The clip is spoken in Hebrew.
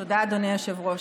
תודה, אדוני היושב-ראש.